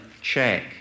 check